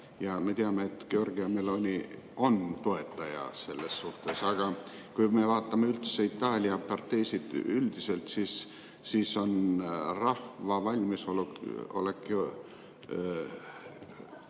ja me teame, et Giorgia Meloni on toetaja selles suhtes, aga kui me vaatame Itaalia parteisid üldiselt, siis on rahva valmisolek